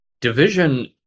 division